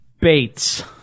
Bates